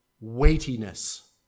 weightiness